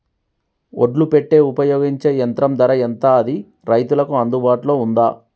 ఒడ్లు పెట్టే ఉపయోగించే యంత్రం ధర ఎంత అది రైతులకు అందుబాటులో ఉందా?